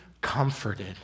comforted